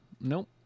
Nope